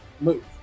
move